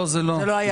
ממש לא.